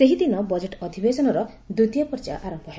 ସେହିଦିନ ବଜେଟ୍ ଅଧିବେଶନର ଦ୍ୱିତୀୟ ପର୍ଯ୍ୟାୟ ଆରମ୍ଭ ହେବ